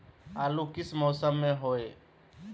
आलू किस मौसम में होई?